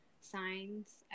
signs